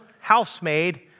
housemaid